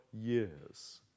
years